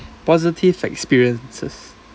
positive experiences